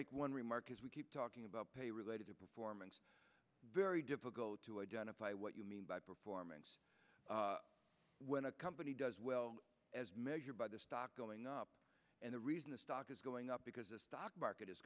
make one remark as we keep talking about pay related to performance very difficult to identify what you mean by performance when a company does well as measured by the stock going up and the reason the stock is going up because the stock market is